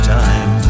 time